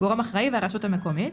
גורם אחראי והרשות המקומית,